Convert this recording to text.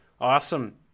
Awesome